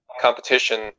competition